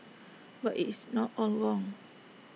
but IT is not all wrong